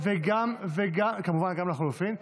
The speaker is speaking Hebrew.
כמובן גם לחלופין.